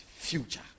future